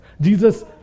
Jesus